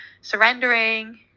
surrendering